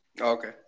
Okay